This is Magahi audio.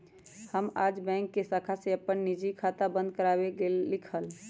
हम आज बैंक के शाखा में अपन निजी खाता बंद कर वावे गय लीक हल